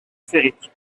féric